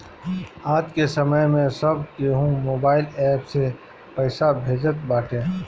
आजके समय में सब केहू मोबाइल एप्प से पईसा भेजत बाटे